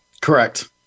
Correct